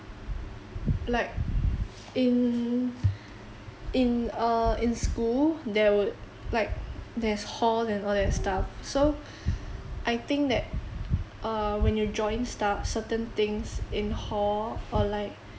like in in err in school there would like there's hall and all that stuff so I think that err when you join stu~ certain things in hall or like